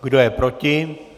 Kdo je proti?